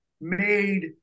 made